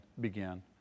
began